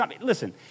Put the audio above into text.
listen